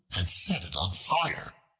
and set it on fire.